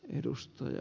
edustaja